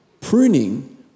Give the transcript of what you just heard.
Pruning